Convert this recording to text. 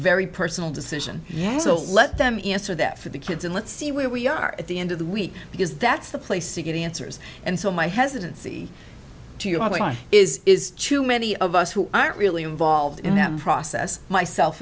very personal decision yes so let them answer that for the kids and let's see where we are at the end of the week because that's the place to get answers and so my hesitancy to you is is to many of us who aren't really involved in them process myself